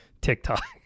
TikTok